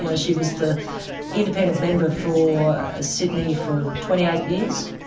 yeah she was the independent member for sydney for twenty eight years,